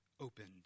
opened